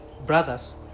brothers